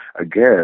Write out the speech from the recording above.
again